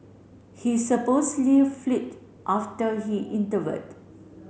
he supposedly after he intervened